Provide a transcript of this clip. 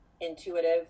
intuitive